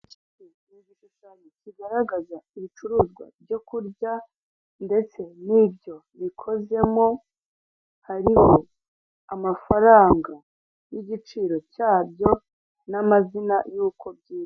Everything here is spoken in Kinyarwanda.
Ikingiki ni igishushanyo kigaragaza ibicuruza byo kurya ndetse n'ibyo bikozemo, hariho amafaranga n'igiciro cyabyo, n'amazina y'uko byitwa.